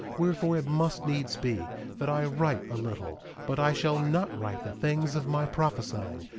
wherefore, it must needs be that i write a little but i shall not write the things of my prophesying,